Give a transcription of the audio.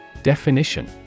Definition